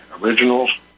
originals